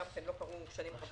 שלא קרו שנים רבות.